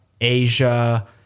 Asia